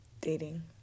dating